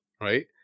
right